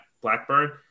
blackburn